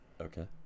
Okay